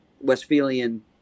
Westphalian